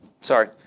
sorry